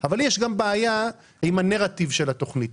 אבל יש לי גם בעיה עם הנראטיב של התוכנית.